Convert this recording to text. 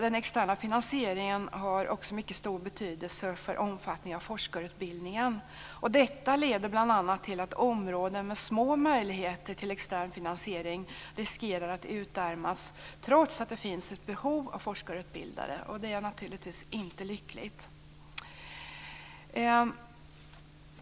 Den externa finansieringen har också mycket stor betydelse för omfattningen av forskarutbildningen. Detta leder bl.a. till att områden med små möjligheter till extern finansiering riskerar att utarmas trots att det finns ett behov av forskarutbildade. Det är naturligtvis inte lyckligt.